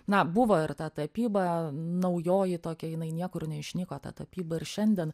na buvo ir ta tapyba naujoji tokia jinai niekur neišnyko ta tapyba ir šiandien